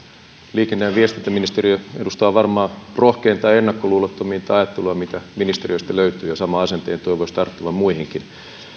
liikenne ja viestintäministeriö edustaa varmaan rohkeinta ja ennakkoluulottominta ajattelua mitä ministeriöistä löytyy ja saman asenteen toivoisi tarttuvan muihinkin